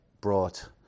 brought